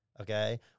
okay